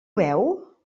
veu